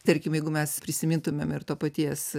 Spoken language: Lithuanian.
tarkim jeigu mes prisimintumėm ir to paties